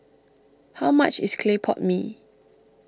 how much is Clay Pot Mee